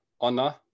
honor